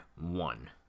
one